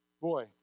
Boy